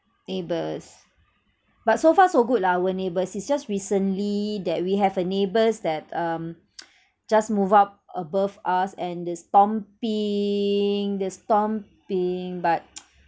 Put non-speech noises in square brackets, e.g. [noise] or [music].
neighbours but so far so good lah our neighbours it's just recently that we have a neighbours that um [noise] just move up above us and the stomping the stomping but [noise]